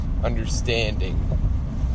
understanding